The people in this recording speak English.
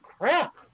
crap